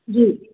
जी